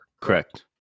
Correct